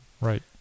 Right